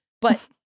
But-